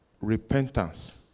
repentance